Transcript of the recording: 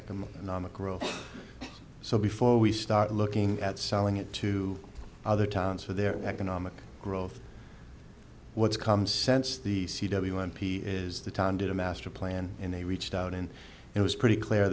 economic growth so before we start looking at selling it to other towns for their economic growth what's come sense the c w i n p is the town did a master plan and they reached out and it was pretty clear